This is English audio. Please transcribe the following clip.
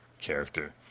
character